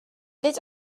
nid